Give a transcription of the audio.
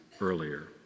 earlier